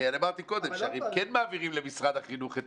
הרי אמרתי קודם שהם כן מעבירים למשרד החינוך את